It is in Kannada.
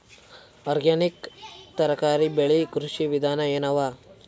ಆರ್ಗ್ಯಾನಿಕ್ ತರಕಾರಿ ಬೆಳಿ ಕೃಷಿ ವಿಧಾನ ಎನವ?